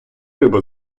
риба